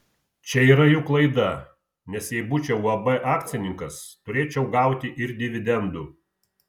čia yra jų klaida nes jei būčiau uab akcininkas turėčiau gauti ir dividendų